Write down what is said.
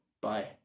Bye